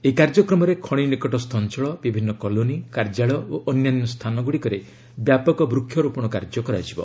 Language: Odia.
ଏହି କାର୍ଯ୍ୟକ୍ରମରେ ଖଣି ନିକଟସ୍ଥ ଅଞ୍ଚଳ ବିଭିନ୍ନ କଲୋନୀ କାର୍ଯ୍ୟାଳୟ ଓ ଅନ୍ୟାନ୍ୟ ସ୍ଥାନରେ ବ୍ୟାପକ ବୃକ୍ଷ ରୋପଣ କାର୍ଯ୍ୟ କରାଯିବ